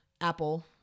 Apple